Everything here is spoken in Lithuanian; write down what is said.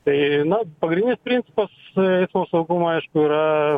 tai na pagrindinis principas eismo saugumo aišku yra